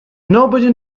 nobody